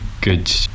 good